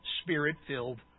spirit-filled